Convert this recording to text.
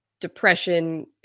depression